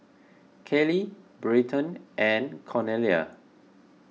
Kayley Bryton and Cornelia